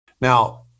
Now